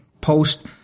post